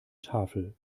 tafel